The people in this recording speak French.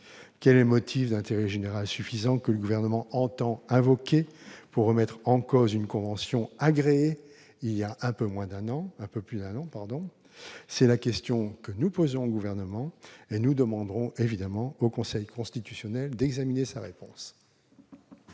Quel est le motif d'intérêt général suffisant que le Gouvernement entend invoquer pour remettre en cause une convention agréée voilà un peu plus d'un an ? C'est la question que nous posons au Gouvernement. Nous demanderons évidemment au Conseil constitutionnel d'examiner sa réponse.